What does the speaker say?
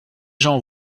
gens